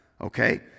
Okay